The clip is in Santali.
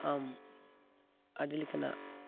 ᱟᱢ ᱟᱹᱰᱤ ᱞᱮᱠᱟᱱᱟᱜ